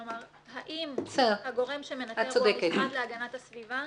כלומר, האם הגורם שמנתר הוא המשרד להגנת הסביבה?